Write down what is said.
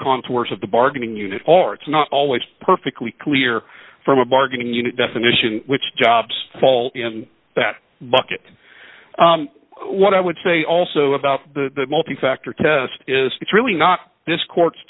contours of the bargaining unit are it's not always perfectly clear from a bargaining unit definition which jobs fall in that bucket what i would say also about the multi factor test is it's really not this court